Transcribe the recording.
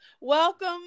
Welcome